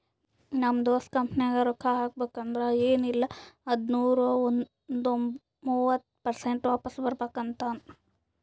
ನಮ್ ದೋಸ್ತ ಕಂಪನಿನಾಗ್ ರೊಕ್ಕಾ ಹಾಕಬೇಕ್ ಅಂದುರ್ ಎನ್ ಇಲ್ಲ ಅಂದೂರ್ನು ಒಂದ್ ಮೂವತ್ತ ಪರ್ಸೆಂಟ್ರೆ ವಾಪಿಸ್ ಬರ್ಬೇಕ ಅಂತಾನ್